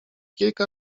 kilka